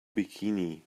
bikini